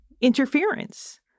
interference